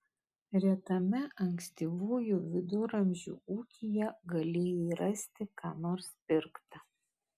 retame ankstyvųjų viduramžių ūkyje galėjai rasti ką nors pirkta